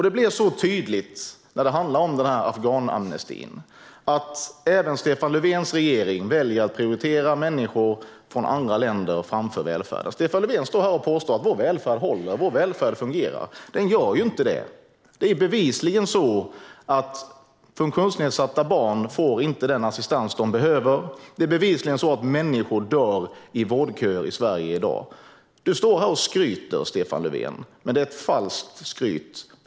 Det blir så tydligt när det handlar om afghanamnestin att även Stefan Löfvens regering väljer att prioritera människor från andra länder framför välfärden. Stefan Löfven står här och påstår: Vår välfärd håller. Vår välfärd fungerar. Den gör inte det. Det är bevisligen så att funktionsnedsatta barn inte får den assistans de behöver. Det är bevisligen så att människor dör i vårdköer i Sverige i dag. Du står här och skryter, Stefan Löfven, men det är ett falskt skryt.